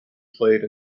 played